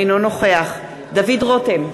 אינו נוכח דוד רותם,